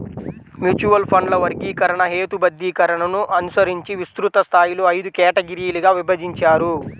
mutual ఫండ్ల వర్గీకరణ, హేతుబద్ధీకరణను అనుసరించి విస్తృత స్థాయిలో ఐదు కేటగిరీలుగా విభజించారు